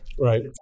Right